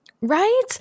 Right